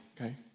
Okay